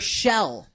shell